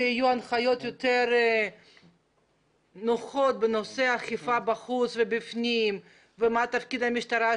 שיהיו הנחיות יותר נוחות בנושא האכיפה בחוץ ובפנים ומה תפקיד המשטרה,